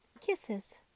kisses